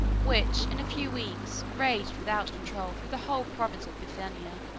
which, in a few weeks, raged without control through the whole province of bithynia.